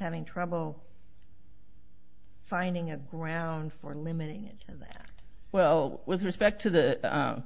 having trouble finding a ground for limiting it to that well with respect to the